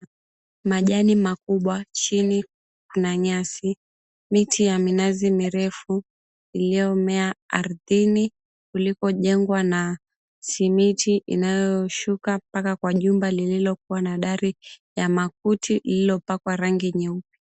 Majani makubwa, chini kuna nyasi, miti ya minazi mirefu iliomea ardhini kulikojengwa na simiti inayoshuka mpaka kwa jumba lililokuwa na dari ya makuti lililopakwa rangi nyeupe.